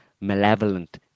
malevolent